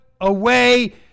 away